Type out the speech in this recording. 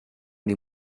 les